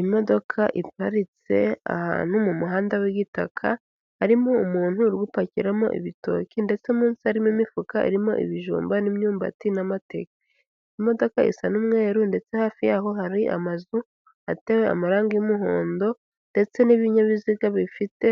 Imodoka iparitse ahantu mu muhanda w'igitaka, harimo umuntu uri gupakiramo ibitoki, ndetse munsi harimo imifuka irimo ibijumba n'imyumbati n'amateke. Imodoka isa n'umweru ndetse hafi yaho hari amazu atewe amarangi y'umuhondo, ndetse n'ibinyabiziga bifite